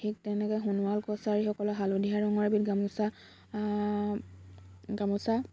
ঠিক তেনেকৈ সোণোৱাল কছাৰীসকলৰ হালধীয়া ৰঙৰ এবিধ গামোচা গামোচা